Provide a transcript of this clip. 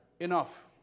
enough